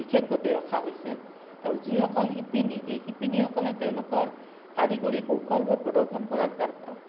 বিশেষভাৱে ৰখা হৈছে আৰু যিসকল শিপিনী সেই শিপিনীসকলে তেওঁলোকৰ কাৰিকৰী কৌশলবোৰ প্ৰদৰ্শন কৰাৰ